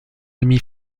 demi